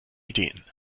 ideen